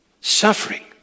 suffering